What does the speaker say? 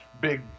big